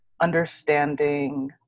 understanding